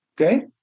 okay